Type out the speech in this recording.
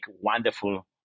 wonderful